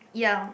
yeah